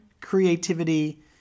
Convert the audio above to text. creativity